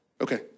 Okay